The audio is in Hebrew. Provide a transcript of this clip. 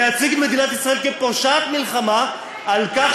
להציג את מדינת ישראל כפושעת מלחמה על כך